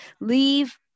leave